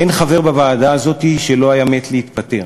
אין חבר בוועדה הזאת שלא היה מת להתפטר.